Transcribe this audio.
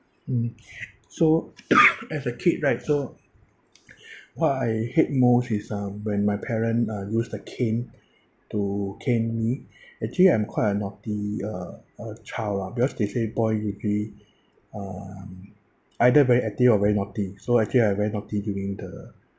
mm so as a kid right so what I hate most is um when my parent uh use the cane to cane me actually I'm quite a naughty uh uh child lah because they say boy usually uh either very active or very naughty so actually I very naughty during the